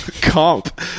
comp